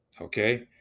okay